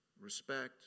respect